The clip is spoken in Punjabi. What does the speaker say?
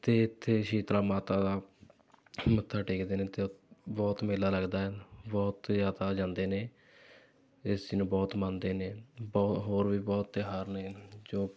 ਅਤੇ ਇੱਥੇ ਸ਼ੀਤਲਾ ਮਾਤਾ ਦਾ ਮੱਥਾ ਟੇਕਦੇ ਨੇ ਅਤੇ ਬਹੁਤ ਮੇਲਾ ਲੱਗਦਾ ਹੈ ਬਹੁਤ ਜ਼ਿਆਦਾ ਜਾਂਦੇ ਨੇ ਇਸ ਨੂੰ ਬਹੁਤ ਮੰਨਦੇ ਨੇ ਬਹੁਤ ਹੋਰ ਵੀ ਬਹੁਤ ਤਿਉਹਾਰ ਨੇ ਜੋ